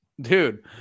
Dude